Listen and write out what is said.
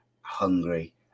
hungry